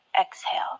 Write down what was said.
exhale